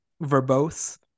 verbose